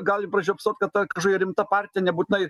galim pražiopsot kad ta kažkokia rimta partija nebūtinai